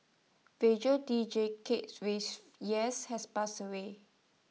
radio deejay Kates raise yes has passed away